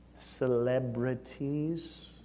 Celebrities